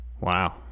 Wow